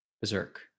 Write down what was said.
Berserk